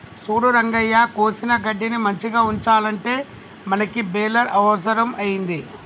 సూడు రంగయ్య కోసిన గడ్డిని మంచిగ ఉంచాలంటే మనకి బెలర్ అవుసరం అయింది